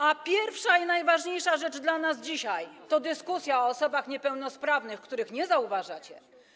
A pierwsza i najważniejsza rzecz dla nas dzisiaj to dyskusja o osobach niepełnosprawnych, których nie zauważacie.